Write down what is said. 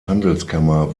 handelskammer